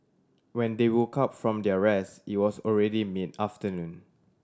when they woke up from their rest it was already mid afternoon